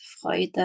Freude